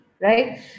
right